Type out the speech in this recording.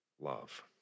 love